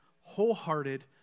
wholehearted